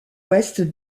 ouest